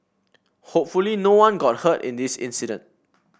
hopefully no one got hurt in this incident